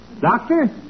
Doctor